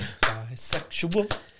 Bisexual